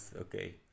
okay